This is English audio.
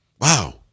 Wow